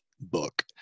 book